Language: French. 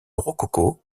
rococo